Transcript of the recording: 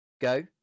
Go